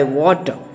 water